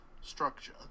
structure